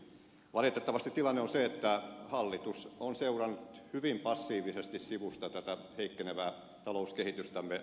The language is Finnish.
valitettavasti tilanne on se että hallitus on seurannut hyvin passiivisesti sivusta tätä heik kenevää talouskehitystämme